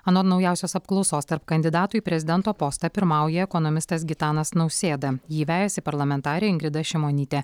anot naujausios apklausos tarp kandidatų į prezidento postą pirmauja ekonomistas gitanas nausėda jį vejasi parlamentarė ingrida šimonytė